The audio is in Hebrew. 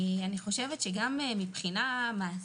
גם מעשית,